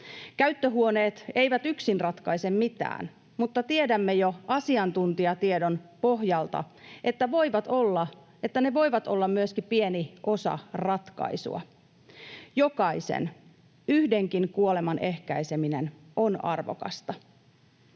Käyttöhuoneet eivät yksin ratkaise mitään, mutta tiedämme jo asiantuntijatiedon pohjalta, että ne voivat olla myöskin pieni osa ratkaisua. Jokaisen, yhdenkin, kuoleman ehkäiseminen on arvokasta.